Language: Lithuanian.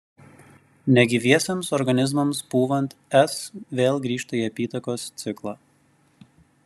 negyviesiems organizmams pūvant s vėl grįžta į apytakos ciklą